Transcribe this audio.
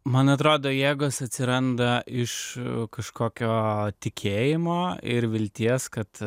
man atrodo jėgos atsiranda iš kažkokio tikėjimo ir vilties kad